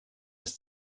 des